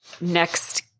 next